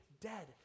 dead